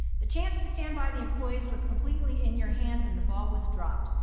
the chance to stand by the employees was completely in your hands and the ball was dropped.